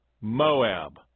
Moab